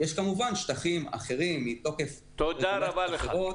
ויש כמובן שטחים אחרים מתוקף פעולות אחרות.